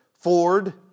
Ford